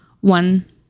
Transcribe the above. one